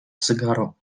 cygaro